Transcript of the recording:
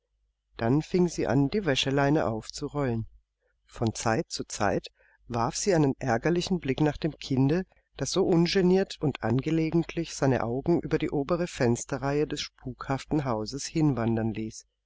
dann fing sie an die waschleine aufzurollen von zeit zu zeit warf sie einen ärgerlichen blick nach dem kinde das so ungeniert und angelegentlich seine augen über die obere fensterreihe des spukhaften hauses hinwandern ließ